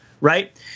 right